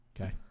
Okay